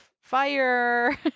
fire